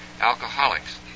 alcoholics